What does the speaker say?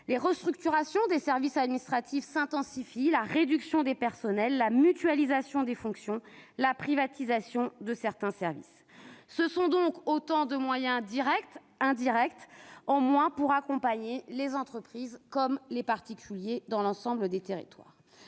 les restructurations des services administratifs s'intensifient avec la réduction des personnels, la mutualisation des fonctions et la privatisation de certains services. Ce sont autant de moyens directs ou indirects en moins pour accompagner les entreprises et les particuliers dans l'ensemble des territoires.